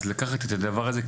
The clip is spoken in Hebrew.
אז באמת לקחת את הדבר הזה,